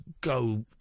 go